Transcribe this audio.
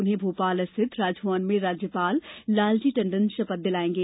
उन्हें भोपाल स्थित राजभवन में राज्यपाल लालजी टंडन शपथ दिलाएंगे